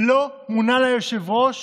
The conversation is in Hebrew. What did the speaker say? לא מונה לה יושב-ראש